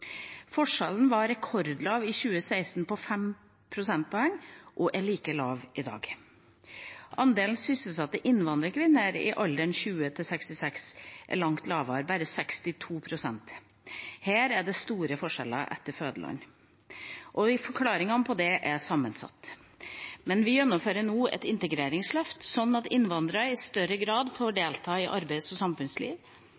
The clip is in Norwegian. Forskjellen var rekordlav i 2016, på 5 prosentpoeng, og er like lav i dag. Andelen sysselsatte innvandrerkvinner i alderen 20–66 år er langt lavere, bare 62 pst. Her er det store forskjeller etter fødeland. Forklaringene på det er sammensatt. Men vi gjennomfører et integreringsløft, slik at innvandrere i større grad får